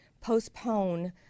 postpone